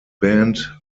band